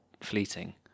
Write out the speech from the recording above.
fleeting